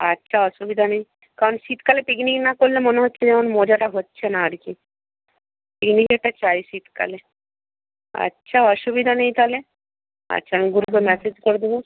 আচ্ছা অসুবিধা নেই কারণ শীতকালে পিকনিক না করলে মনে হচ্ছে যেমন মজাটা হচ্ছে না আর কি পিকনিক একটা চাই শীতকালে আচ্ছা অসুবিধা নেই তাহলে আচ্ছা আমি গ্রুপে মেসেজ করে দেবো